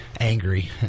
angry